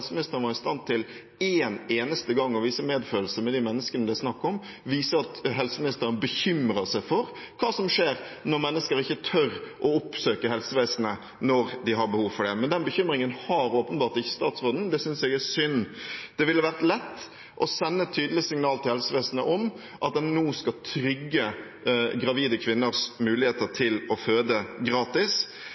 var i stand til å vise medfølelse med de menneskene det er snakk om, vise bekymring for hva som skjer når mennesker ikke tør å oppsøke helsevesenet når de har behov for det. Men den bekymringen har åpenbart ikke statsråden, og det synes jeg er synd. Det ville ha vært lett å sende et tydelig signal til helsevesenet om at en nå skal trygge gravide kvinners muligheter til å føde gratis.